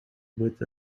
with